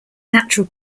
natural